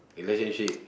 relationship